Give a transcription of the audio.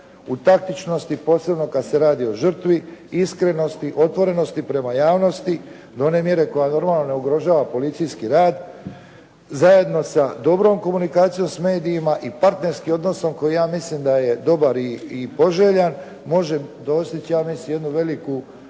u taktičnosti posebno kada se radi o žrtvi, iskrenosti, otvorenosti prema javnosti do one mjere koja normalno ne ugrožava policijski rad zajedno sa dobrom komunikacijom s medijima i partnerskim odnosom koji ja mislim da je dobar i poželjan može doseći ja mislim jednu veliku